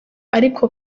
ariko